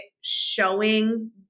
showing